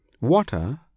Water